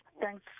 Thanks